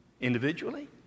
individually